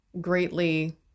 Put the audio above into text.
greatly